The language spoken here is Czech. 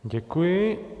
Děkuji.